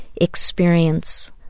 experience